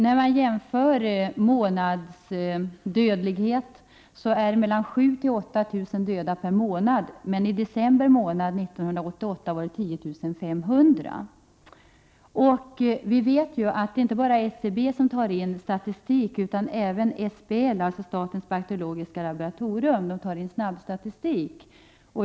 När det gäller månadsdödligheten är den 7 000-8 000 per månad. Men i december månad 1988 var den 10 500. Vi vet att det inte bara är SCB som tar in statistik utan även SBL, dvs. statens bakteriologiska laboratorium. SBL tar in snabbstatistik.